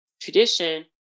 tradition